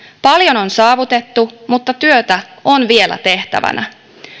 paljon on saavutettu mutta työtä on vielä tehtävänä